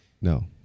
No